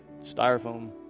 Styrofoam